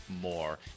more